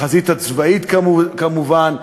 בחזית הצבאית כמובן,